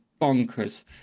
bonkers